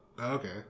okay